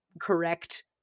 correct